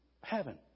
heaven